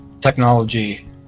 technology